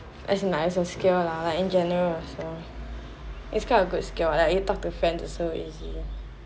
as in like as a skill lah like in general also it's kind of good skill like you talk to friends also easier